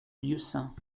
lieusaint